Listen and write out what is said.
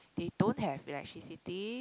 they don't have electricity